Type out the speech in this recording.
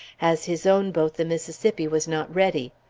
as his own boat, the mississippi, was not ready.